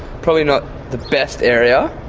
probably not the best area,